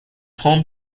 home